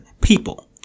people